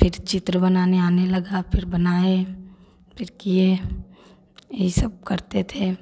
फिर चित्र बनाने आने लगा फिर बनाए फिर किए यही सब करते थे